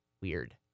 weird